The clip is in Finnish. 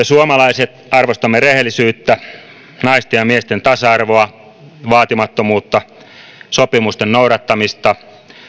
suomalaiset arvostamme rehellisyyttä naisten ja miesten tasa arvoa vaatimattomuutta sopimusten noudattamista